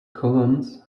columns